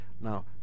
now